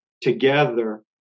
together